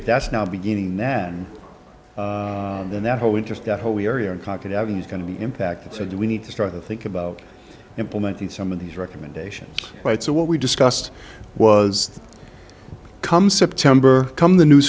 if that's now beginning then then that whole interest that whole area and cockpit avenue is going to be impacted so do we need to start to think about implementing some of these recommendations right so what we discussed was the come september come the new